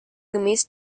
gemäß